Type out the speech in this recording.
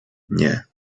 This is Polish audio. nie